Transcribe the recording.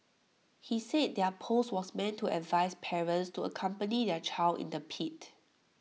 he said their post was meant to advise parents to accompany their child in the pit